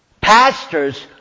Pastors